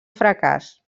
fracàs